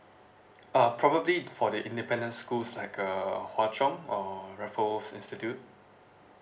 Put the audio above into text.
uh probably for the independent schools like uh hwa chong or raffles institute